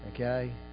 okay